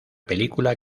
película